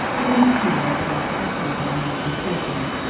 but in this matter the rector of clavering was mistaken.